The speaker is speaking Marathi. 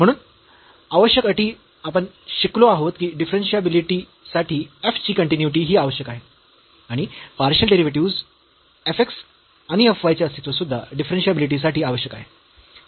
म्हणून आवश्यक अटी आपण शिकलो आहोत की डिफरन्शियाबिलिटीसाठी f ची कन्टीन्यूईटी ही आवश्यक आहे आणि पार्शियल डेरिव्हेटिव्हस् f x आणि f y चे अस्तित्व सुद्धा डिफरन्शियाबिलिटी साठी आवश्यक आहे